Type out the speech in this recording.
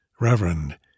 Reverend